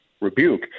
rebuke